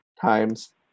times